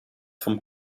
vom